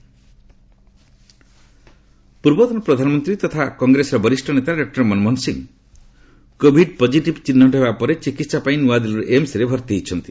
ମନମୋହନ ସିଂ ପୂର୍ବତନ ପ୍ରଧାନମନ୍ତ୍ରୀ ତଥା କଂଗ୍ରେସର ବରିଷ୍ଣ ନେତା doctor Manmohan Singh covid positive ଚିହ୍ଟ ହେବା ପରେ ଚିକିତ୍ସା ପାଇଁ ନ୍ତଆଦିଲ୍ଲୀର ଏମ୍ସରେ ଭର୍ତ୍ତି ହୋଇଛନ୍ତି